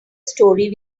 story